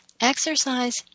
Exercise